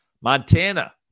Montana